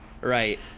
Right